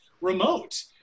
remote